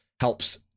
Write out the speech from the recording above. helps